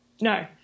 No